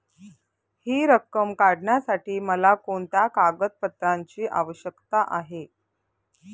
हि रक्कम काढण्यासाठी मला कोणत्या कागदपत्रांची आवश्यकता आहे?